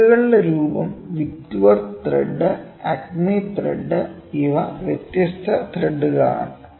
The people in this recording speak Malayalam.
ത്രെഡുകളുടെ രൂപം വിറ്റ്വർത്ത് ത്രെഡ് ആക്മി ത്രെഡ് ഇവ വ്യത്യസ്ത ത്രെഡുകളാണ്